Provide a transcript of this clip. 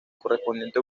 correspondiente